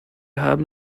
haben